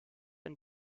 ein